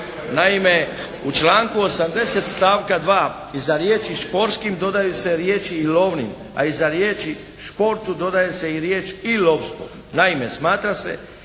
Naime u članku 80. stavka 2. iza riječi “športskim“ dodaju se riječi i “lovni“, a iza riječi “športu“ dodaje se i riječ “i lovstvo“. Naime, smatra se